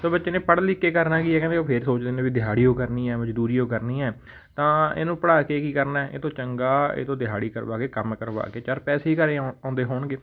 ਸੋ ਬੱਚੇ ਨੇ ਪੜ੍ਹ ਲਿਖ ਕੇ ਕਰਨਾ ਕੀ ਆ ਕਹਿੰਦੇ ਉਹ ਫੇਰ ਸੋਚਦੇ ਨੇ ਵੀ ਦਿਹਾੜੀ ਓ ਕਰਨੀ ਆ ਮਜ਼ਦੂਰੀ ਓ ਕਰਨੀ ਹੈ ਤਾਂ ਇਹਨੂੰ ਪੜ੍ਹਾ ਕੇ ਕੀ ਕਰਨਾ ਹੈ ਇਹ ਤੋਂ ਚੰਗਾ ਇਹ ਤੋਂ ਦਿਹਾੜੀ ਕਰਵਾ ਕੇ ਕੰਮ ਕਰਵਾ ਕੇ ਚਾਰ ਪੈਸੇ ਹੀ ਘਰ ਆਉਣ ਆਉਂਦੇ ਹੋਣਗੇ